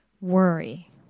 worry